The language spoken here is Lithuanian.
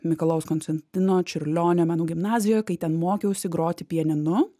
mikalojaus konstantino čiurlionio menų gimnazijoj kai ten mokiausi groti pianinu